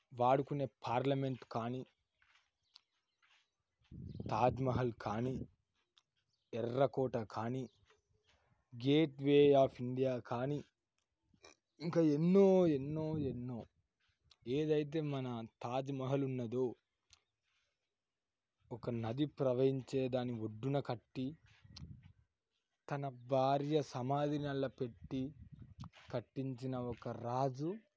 వాడుకునే పార్లమెంట్ కానీ తాజ్మహల్ కానీ ఎర్రకోట కానీ గేట్ వే ఆఫ్ ఇండియా కానీ ఇంకా ఎన్నో ఎన్నో ఎన్నో ఏదైతే మన తాజ్మహల్ ఉన్నదో ఒక నది ప్రవహించే దాని ఒడ్డున కట్టి తన భార్య సమాధిని అలా పెట్టి కట్టించిన ఒక రాజు